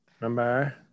Remember